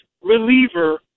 reliever